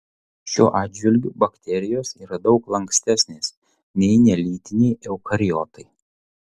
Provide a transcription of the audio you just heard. šiuo atžvilgiu bakterijos yra daug lankstesnės nei nelytiniai eukariotai